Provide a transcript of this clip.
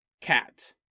cat